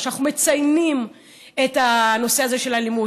שבו אנחנו מציינים את הנושא הזה של אלימות